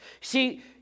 See